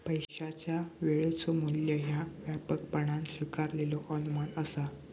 पैशाचा वेळेचो मू्ल्य ह्या व्यापकपणान स्वीकारलेलो अनुमान असा